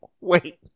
wait